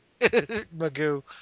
Magoo